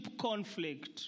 conflict